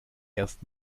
erst